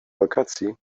wakacji